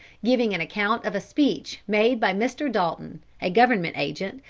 giving an account of a speech made by mr. dalton, a government agent,